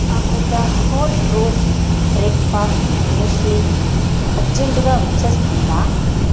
నాకు The Whole Truth breakfast muesli అర్జెంటుగా వచ్చేస్తుందా